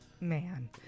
man